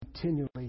continually